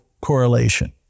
correlation